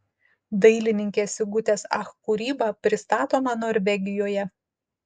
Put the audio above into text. dailininkės sigutės ach kūryba pristatoma norvegijoje